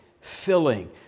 filling